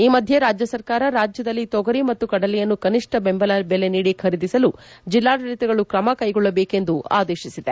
ಈ ಮಧ್ಯೆ ರಾಜ್ಯ ಸರ್ಕಾರ ರಾಜ್ಯದಲ್ಲಿ ತೊಗರಿ ಮತ್ತು ಕದಲೆಯನ್ನು ಕನಿಷ್ಣ ಬೆಂಬಲ ಬೆಲೆ ನೀಡಿ ಖರೀದಿಸಲು ಜಿಲ್ಲಾಡಳಿತಗಳು ಕ್ರಮಕೊಳ್ಳಬೇಕೆಂದು ಆದೇಶಿಸಿದೆ